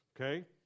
okay